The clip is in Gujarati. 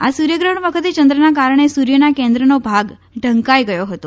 આ સૂર્યગ્રહણ વખતે ચંદ્રના કારણે સૂર્યના કેન્દ્રનો ભાગ ઢંકાઈ ગયો હતો